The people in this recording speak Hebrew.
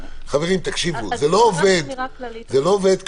חברים, תקשיבו, זה לא עובד ככה,